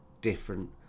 different